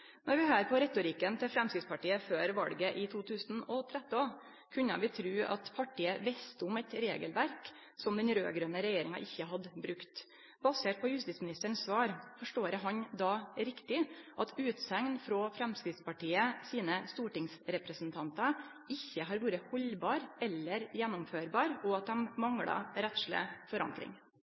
vi høyrde på retorikken til Framstegspartiet før valet i 2013, kunne vi tru at partiet visste om eit regelverk som den raud-grøne regjeringa ikkje hadde brukt. Basert på justis- og beredskapsministerens svar, forstår eg han då riktig – at utsegnene frå Framstegspartiets stortingsrepresentantar ikkje har vore haldbare eller gjennomførbare, og at dei mangla rettsleg forankring?